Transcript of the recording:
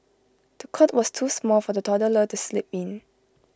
the cot was too small for the toddler to sleep in